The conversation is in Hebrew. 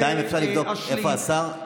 בינתיים אפשר לבדוק איפה השר?